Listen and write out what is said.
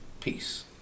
Peace